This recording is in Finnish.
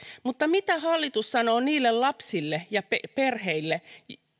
mutta mitä hallitus sanoo niille lapsille ja perheille